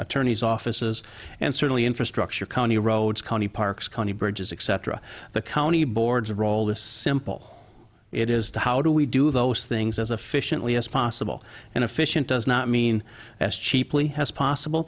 attorneys offices and certainly infrastructure county roads county parks county bridges etc the county boards role is simple it is to how do we do those things as efficiently as possible and efficient does not mean as cheaply as possible